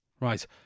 Right